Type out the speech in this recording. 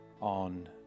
on